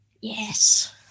Yes